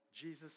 Jesus